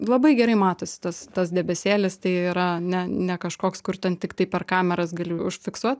labai gerai matosi tas tas debesėlis tai yra ne ne kažkoks kur ten tiktai per kameras gali užfiksuot